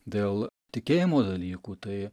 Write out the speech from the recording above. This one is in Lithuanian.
dėl tikėjimo dalykų tai